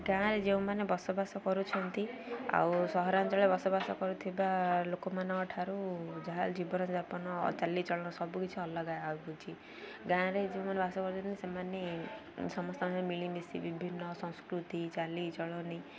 ଗାଁରେ ଯେଉଁମାନେ ବସବାସ କରୁଛନ୍ତି ଆଉ ସହରାଞ୍ଚଳରେ ବସବାସ କରୁଥିବା ଲୋକମାନଙ୍କ ଠାରୁ ଯାହା ଜୀବନଯାପନ ଚାଲିଚଳନ ସବୁକିଛି ଅଲଗା ହେଉଛି ଗାଁରେ ଯେଉଁମାନେ ବାସ କରୁଛନ୍ତି ସେମାନେ ସମସ୍ତଙ୍କ ମିଳିମିଶି ବିଭିନ୍ନ ସଂସ୍କୃତି ଚାଲିଚଳଣିି